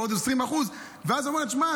בעוד 20%. ואז אומרים: תשמע,